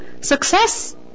success